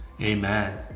amen